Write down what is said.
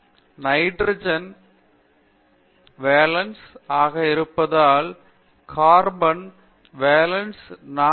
Viswanathan nitrogen 5 valence ஆக இருப்பதால் carbon 4 valence உள்ளது